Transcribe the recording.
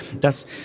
dass